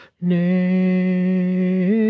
name